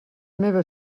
meva